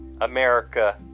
America